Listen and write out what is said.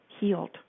healed